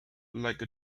like